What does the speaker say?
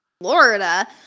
Florida